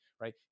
right